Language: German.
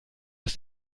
aus